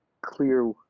clear